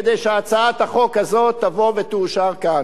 כדי שהצעת החוק הזאת תבוא ותאושר כאן.